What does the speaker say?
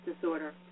disorder